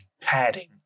padding